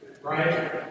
Right